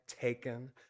taken